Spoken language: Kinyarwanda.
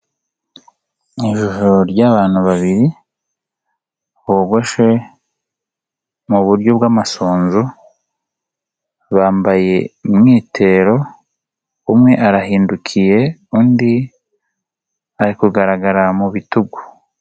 ifoto y'abantu babiri bogoshe mu buryo bw'amasunzu, bambaye umwitero, umwe arahindukiye undi ari kugaragara mu bitugu.